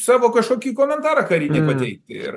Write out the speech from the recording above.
savo kažkokį komentarą karinį pateikti ir